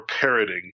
parroting